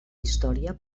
història